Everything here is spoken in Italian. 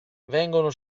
vengono